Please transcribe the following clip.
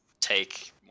take